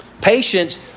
Patience